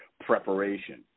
preparation